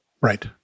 Right